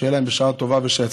שיהיה להם בשעה טובה ושיצליחו,